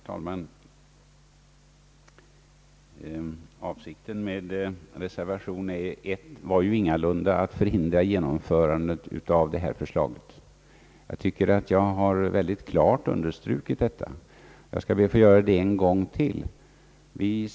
Herr talman! Avsikten med reservation 1 var ingalunda att förhindra genomförandet av det förslag som här föreligger. Jag tycker att jag synnerligen klart har understrukit detta, men jag skall be att få göra det en gång till.